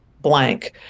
blank